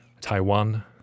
Taiwan